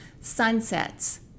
Sunsets